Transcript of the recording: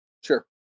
Sure